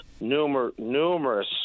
numerous